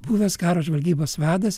buvęs karo žvalgybos vadas